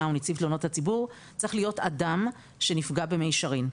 ונציב תלונות הציבור צריך להיות אדם שנפגע במישרין.